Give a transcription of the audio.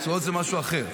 תשואות זה משהו אחר.